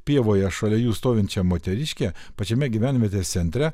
pievoje šalia jų stovinčią moteriškę pačiame gyvenvietės centre